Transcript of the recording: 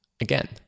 again